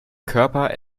körper